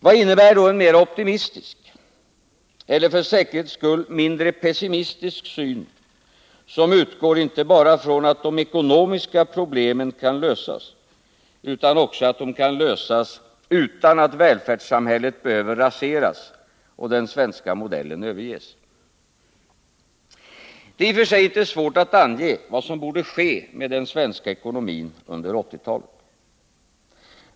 Vad innebär då en mera optimistisk eller, för säkerhets skull, mindre pessimistisk syn, som utgår inte bara från att de ekonomiska problemen kan lösas, utan också att de kan lösas utan att välfärdssamhället behöver raseras och den svenska modellen överges? Det är i och för sig inte svårt att ange vad som borde ske med den svenska ekonomin under 1980-talet.